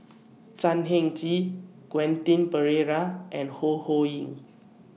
Chan Heng Chee Quentin Pereira and Ho Ho Ying